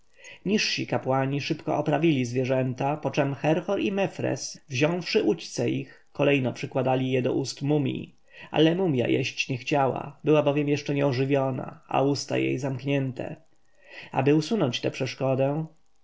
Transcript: niżsi kapłani szybko oprawili zwierzęta poczem herhor i mefres wziąwszy udźce ich kolejno przykładali je do ust mumji ale mumja jeść nie chciała była bowiem jeszcze nie ożywiona a usta jej zamknięte aby usunąć tę przeszkodę